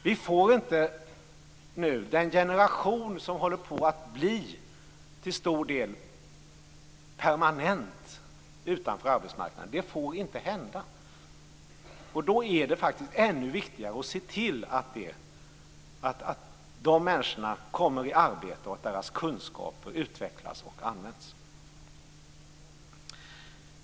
Det får inte hända att en generation till stor del håller på att permanentas utanför arbetsmarknaden. Då är det ännu viktigare att se till att de människorna kommer i arbete och att deras kunskaper utvecklas och används.